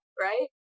right